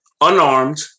unarmed